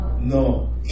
No